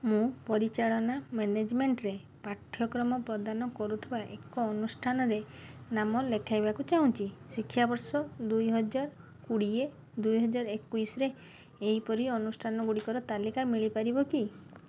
ମୁଁ ପରିଚାଳନା ମ୍ୟାନେଜମେଣ୍ଟ୍ରେ ପାଠ୍ୟକ୍ରମ ପ୍ରଦାନ କରୁଥିବା ଏକ ଅନୁଷ୍ଠାନରେ ନାମ ଲେଖାଇବାକୁ ଚାହୁଁଛି ଶିକ୍ଷାବର୍ଷ ଦିହଜାର କୋଡ଼ିଏ ଦୁଇହଜାର ଏକୋଇଶିରେ ଏହିପରି ଅନୁଷ୍ଠାନଗୁଡ଼ିକର ତାଲିକା ମିଳିପାରିବ କି